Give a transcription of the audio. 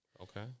Okay